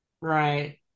Right